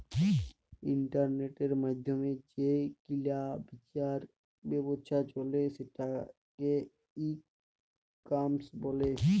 ইলটারলেটের মাইধ্যমে যে কিলা বিচার ব্যাবছা চলে সেটকে ই কমার্স ব্যলে